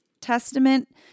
Testament